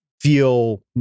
feel